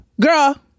girl